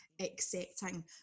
accepting